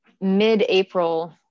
mid-April